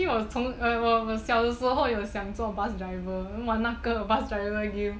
其实我从我小的时候有想当 bus driver 应为玩那个 bus driver game